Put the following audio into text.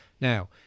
Now